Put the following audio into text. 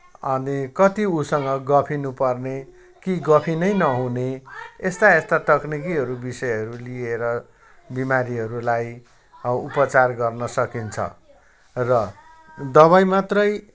अनि कति ऊसँग गफिन पर्ने कि गफिनै नहुने यस्ता यस्ता तकनिकीहरू विषयहरू लिएर बिमारीहरूलाई उपचार गर्न सकिन्छ र दवाई मात्रै